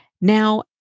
Now